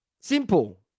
Simple